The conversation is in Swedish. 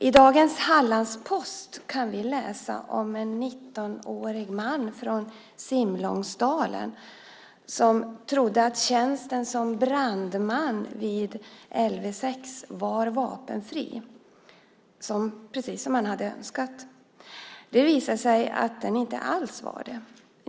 I dagens Hallandsposten kan vi läsa om en 19-årig man från Simlångsdalen som trodde att tjänsten som brandman vid Lv 6 var vapenfri, precis som han hade önskat. Det visade sig att den inte alls var det.